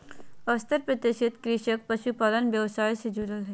सत्तर प्रतिशत कृषक पशुपालन व्यवसाय से जुरल हइ